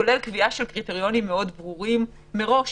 כולל קביעה של קריטריונים ברורים מראש